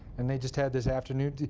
and they just had this afternoon.